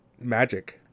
Magic